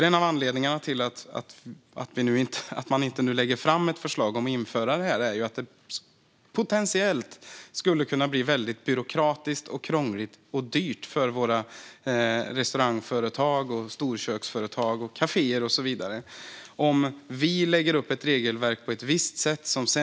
En av anledningarna till att man nu inte lägger fram ett förslag om att införa det är att det potentiellt skulle kunna bli väldigt byråkratiskt, krångligt och dyrt för våra restaurangsköksföretag, storköksföretag, kaféer och så vidare om vi lägger upp ett regelverk på ett visst sätt.